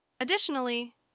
Additionally